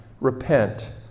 Repent